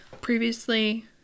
previously